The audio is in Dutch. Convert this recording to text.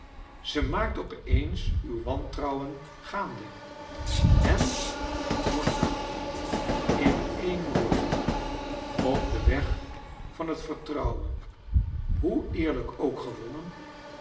ze maakt op eens uw wantrouwen gaande en wordt geloofd in een woord op den weg antvertrouwen hoe eerlijk ook gewonnen